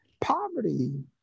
poverty